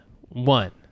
one